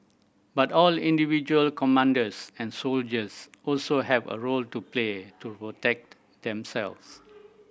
but all individual commanders and soldiers also have a role to play to protect themselves